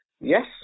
Yes